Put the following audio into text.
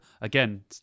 again